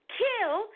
kill